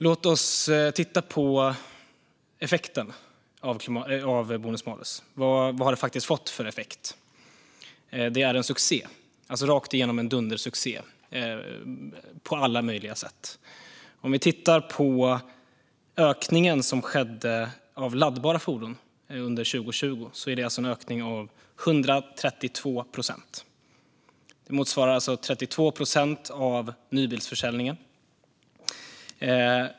Låt oss titta på effekten av bonus-malus. Vad har det fått för effekt? Det är rakt igenom en dundersuccé på alla möjliga sätt. Om vi tittar på ökningen som skedde av laddbara fordon under 2020 är det en ökning av 132 procent. Det motsvarar 32 procent av nybilsförsäljningen.